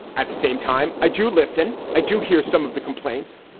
at the same time, i do listen. i do hear some of the complaints.